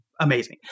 amazing